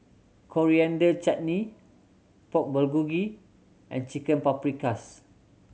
Coriander Chutney Pork Bulgogi and Chicken Paprikas